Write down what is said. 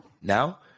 Now